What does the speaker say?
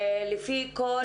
לפי כל